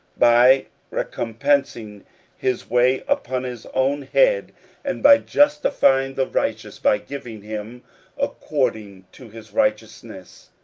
by recompensing his way upon his own head and by justifying the righteous, by giving him according to his righteousness.